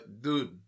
Dude